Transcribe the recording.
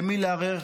למי לערער,